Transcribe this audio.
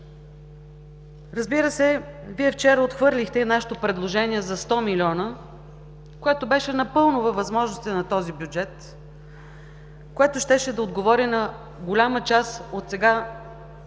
Разбира се, Вие вчера отхвърлихте и нашето предложение за 100 милиона, което беше напълно във възможностите на този бюджет, което щеше да отговори на голяма част от сега